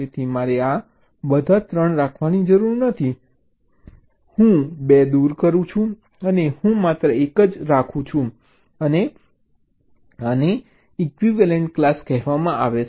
તેથી મારે બધા 3 રાખવાની જરૂર નથી હું 2 દૂર કરીશ અને હું માત્ર 1 ને જ રાખીશ આને ઇક્વિવેલન્ટ ક્લાસ કહેવામાં આવે છે જે મેં સ્લાઇડ્સમાં બતાવ્યું છે